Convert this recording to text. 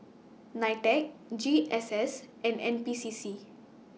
NITEC G S S and N P C C